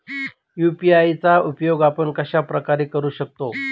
UPI चा उपयोग आपण कशाप्रकारे करु शकतो?